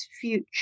future